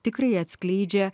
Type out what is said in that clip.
tikrai atskleidžia